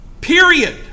Period